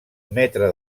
metre